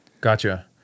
Gotcha